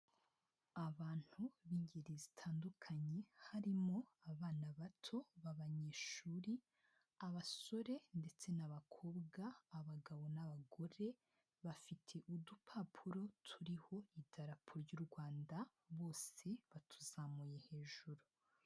Abantu b'ingeri zitandukanye harimo abana bato b'abanyeshuri abasore ndetse n'abakobwa abagabo n'abagore bafite udupapuro turiho idarapo ry'u Rwanda bose batuzamuye hejuru.